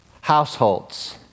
households